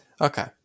Okay